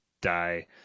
die